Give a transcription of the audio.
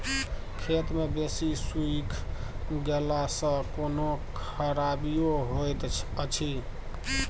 खेत मे बेसी सुइख गेला सॅ कोनो खराबीयो होयत अछि?